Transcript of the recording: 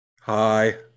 Hi